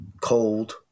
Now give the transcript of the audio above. cold